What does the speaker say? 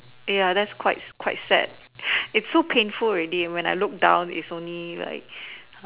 ya that's quite quite sad it is so painful already when I look down it's only like